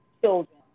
children